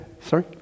Sorry